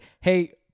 hey